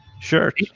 shirt